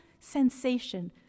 sensation